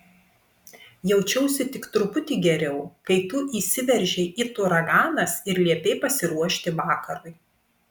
jaučiausi tik truputį geriau kai tu įsiveržei it uraganas ir liepei pasiruošti vakarui